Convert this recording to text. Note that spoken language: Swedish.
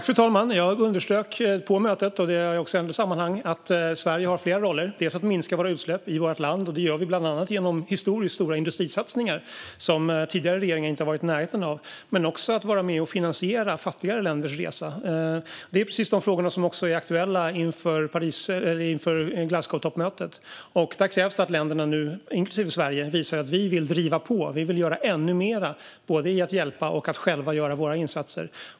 Fru talman! Jag underströk på mötet - och det gör jag också i andra sammanhang - att Sverige har flera roller. Det gäller dels att minska våra utsläpp i vårt land, och det gör vi bland annat genom historiskt stora industrisatsningar som tidigare regeringar inte har varit i närheten av, dels att vara med och finansiera fattigare länders resa. Det är precis de här frågorna som är aktuella inför Glasgowtoppmötet. Där krävs att länderna, inklusive Sverige, nu visar att vi vill driva på. Vi vill göra ännu mer både i att hjälpa och att själva göra våra insatser.